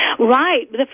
right